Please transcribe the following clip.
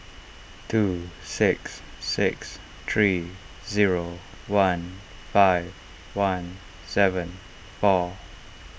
two six six three zero one five one seven four